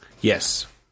Yes